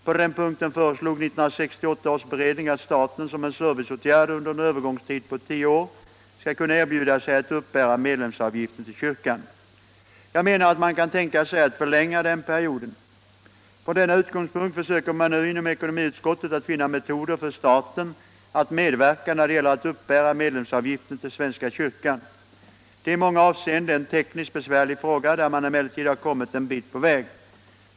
På den punkten föreslog 1968 års beredning att staten som en serviceåtgärd under en övergångstid på tio år skall kunna erbjuda sig att uppbära medlemsavgiften till kyrkan. Jag menar att man kan tänka sig att förlänga den perioden. Från denna utgångspunkt försöker man nu inom ekonomiutskottet att finna metoder för staten att medverka när det gäller att uppbära medlemsavgiften till svenska kyrkan. Det är i många avseenden en tekniskt besvärlig fråga, där man emellertid har kommit en bit på väg.